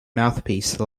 mouthpiece